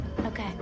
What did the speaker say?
Okay